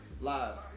live